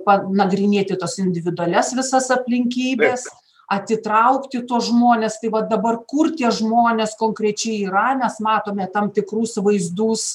panagrinėti tos individualias visas aplinkybes atitraukti tuos žmones tai vat dabar kur tie žmonės konkrečiai yra mes matome tam tikrus vaizdus